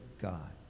God